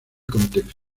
contexto